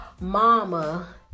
mama